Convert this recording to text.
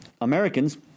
Americans